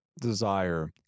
desire